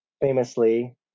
Famously